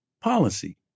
policy